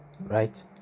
right